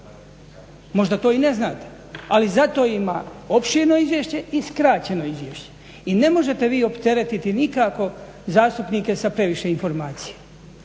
Možda to i ne znate, ali zato ima opširno izvješće i skraćeno izvješće. I ne možete vi opteretiti nikako zastupnike sa previše informacija,